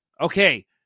okay